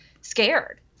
scared